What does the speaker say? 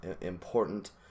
important